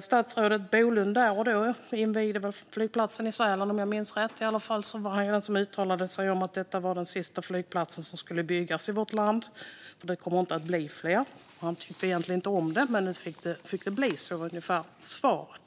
Statsrådet Bolund invigde flygplatsen i Sälen, om jag minns rätt - han var i alla fall den som uttalade sig om att detta var den sista flygplatsen som skulle byggas i vårt land och att det inte kommer att bli fler. Han tyckte egentligen inte om att den byggdes, men nu fick det bli så, sa han ungefär.